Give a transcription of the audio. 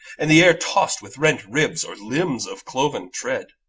and the air tossed with rent ribs or limbs of cloven tread,